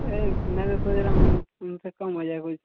अरे मैं ये कह रहा हूँ उनसे कम हो जाएगा